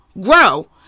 grow